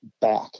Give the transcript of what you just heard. back